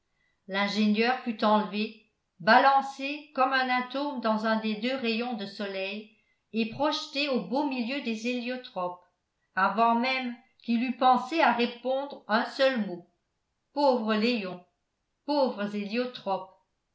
l'ingénieur fut enlevé balancé comme un atome dans un des deux rayons de soleil et projeté au beau milieu des héliotropes avant même qu'il eût pensé à répondre un seul mot pauvre léon pauvres héliotropes